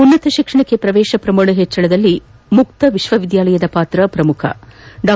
ಉನ್ನತ ಶಿಕ್ಷಣಕ್ಕೆ ಪ್ರವೇಶ ಪ್ರಮಾಣ ಹೆಚ್ಚಿಸುವಲ್ಲಿ ಮುಕ್ತ ವಿಶ್ವವಿದ್ಯಾಲಯದ ಪಾತ್ರ ಪ್ರಮುಖ ಡಾ